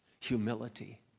Humility